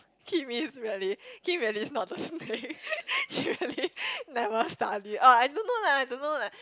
Kim is really Kim really is not the snake she really never study oh I don't know lah I don't know lah